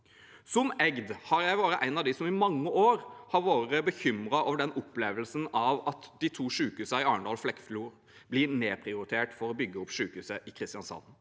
Som egd har jeg vært en av dem som i mange år har vært bekymret over opplevelsen av at de to sykehusene i Arendal og Flekkefjord blir nedprioritert for å bygge opp sykehuset i Kristiansand